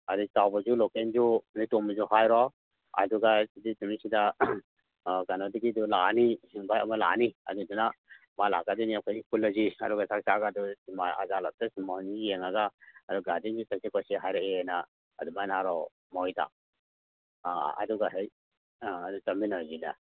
ꯑꯗꯩ ꯆꯥꯎꯕꯁꯨ ꯂꯣꯀꯦꯟꯁꯨ ꯅꯣꯏ ꯇꯣꯝꯕꯁꯨ ꯍꯥꯏꯔꯣ ꯑꯗꯨꯒ ꯗꯦꯠ ꯇ꯭ꯋꯦꯟꯇꯤꯊ꯭ꯔꯤꯗ ꯀꯩꯅꯣꯗꯒꯤꯗꯨ ꯂꯥꯛꯑꯅꯤ ꯚꯥꯏ ꯑꯃ ꯂꯥꯛꯑꯅꯤ ꯑꯗꯨꯗꯨꯅ ꯃꯥ ꯂꯥꯛꯀꯗꯣꯏꯅꯤ ꯑꯩꯈꯣꯏꯅꯤ ꯄꯨꯜꯂꯁꯤ ꯑꯗꯨꯒ ꯆꯥꯛ ꯇꯣꯛꯑꯒ ꯁꯤꯟꯃꯥ ꯑꯖꯥꯠ ꯍꯣꯜꯗ ꯁꯤꯟꯃꯥ ꯍꯣꯜꯁꯤ ꯌꯦꯡꯉꯒ ꯑꯗꯨꯒ ꯒꯥꯔꯗꯦꯟꯁꯨ ꯆꯠꯁꯤ ꯈꯣꯠꯁꯤ ꯍꯥꯏꯔꯛꯑꯦꯅ ꯑꯗꯨꯃꯥꯏꯅ ꯍꯥꯏꯔꯣ ꯃꯣꯏꯗ ꯑ ꯑꯗꯨꯒ ꯍꯦꯛ ꯑ ꯑꯗꯨ ꯆꯠꯃꯤꯟꯅꯔꯁꯤꯅ